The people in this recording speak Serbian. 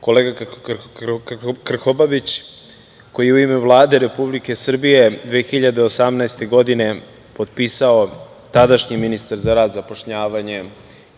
kolega Krkobabić, koji je u ime Vlade Republike Srbije 2018. godine potpisao, tadašnji ministar za rad, zapošljavanje